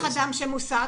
וגם מסיטים את כוח האדם.